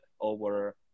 over